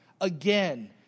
Again